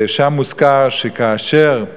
ושם מוזכר שכאשר,